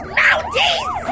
mounties